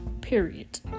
Period